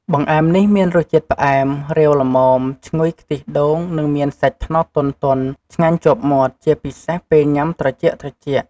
បង្អែមនេះមានរសជាតិផ្អែម រាវល្មម ឈ្ងុយខ្ទិះដូង និងមានសាច់ត្នោតទន់ៗ ឆ្ងាញ់ជាប់មាត់ ជាពិសេសពេលញ៉ាំត្រជាក់ៗ។